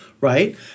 right